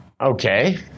Okay